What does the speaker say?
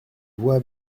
voix